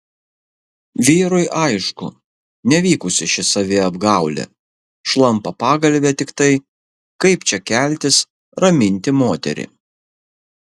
vyrui aišku nevykusi ši saviapgaulė šlampa pagalvė tiktai kaip čia keltis raminti moterį